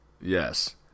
yes